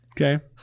Okay